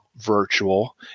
virtual